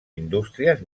indústries